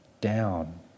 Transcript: down